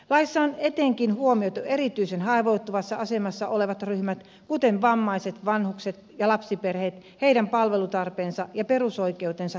laissa on huomioitu etenkin erityisen haavoittuvassa asemassa olevat ryhmät kuten vammaiset vanhukset ja lapsiperheet heidän palvelutarpeensa ja perusoikeutensa toteutuminen